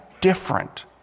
different